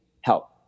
help